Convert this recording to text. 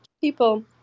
people